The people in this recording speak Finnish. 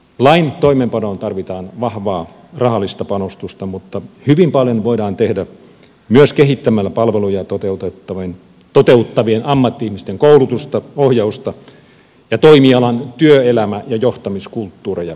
lain toimeenpanoon tarvitaan vahvaa rahallista panostusta mutta hyvin paljon voidaan tehdä myös kehittämällä palveluja toteuttavien ammatti ihmisten koulutusta ohjausta ja toimialan työelämä ja johtamiskulttuureja